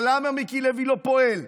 אבל למה מיקי לוי לא פועל?